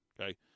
okay